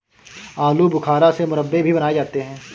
आलू बुखारा से मुरब्बे भी बनाए जाते हैं